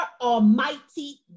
almighty